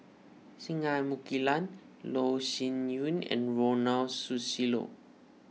Singai Mukilan Loh Sin Yun and Ronald Susilo